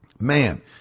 Man